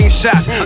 shots